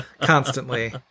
constantly